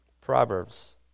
Proverbs